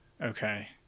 Okay